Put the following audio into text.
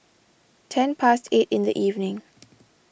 ten past eight in the evening